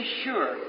sure